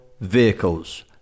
Vehicles